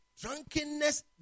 drunkenness